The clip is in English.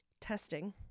testing